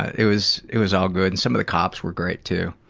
it was, it was all good. and some of the cops were great too.